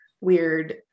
weird